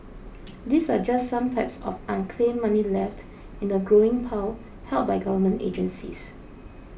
these are just some types of unclaimed money left in a growing pile held by government agencies